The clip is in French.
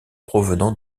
provenant